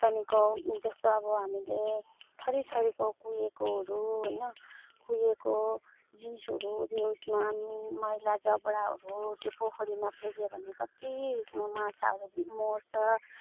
त्यहाँदेखिको जस्तो अब हामीले थरी थरीको कुहिएकोहरू होइन कुहिएको जिनिसहरू त्यो उसमा मैला जबडाहरू त्यो पोखरीमा फ्याँक्यो भने कति उसमा माछा अब बि मर्छ